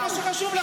זה מה שחשוב לכם.